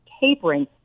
tapering